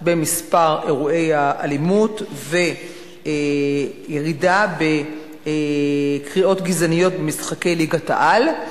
במספר אירועי האלימות וירידה בקריאות גזעניות במשחקי ליגת-העל.